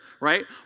right